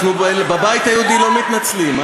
בבית היהודי לא מתנצלים.